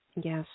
Yes